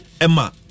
Emma